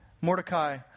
Mordecai